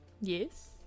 yes